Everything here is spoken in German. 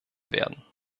werden